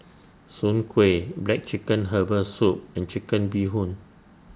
Soon Kway Black Chicken Herbal Soup and Chicken Bee Hoon